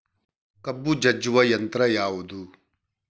ಕಬ್ಬು ಜಜ್ಜುವ ಯಂತ್ರ ಯಾವುದು?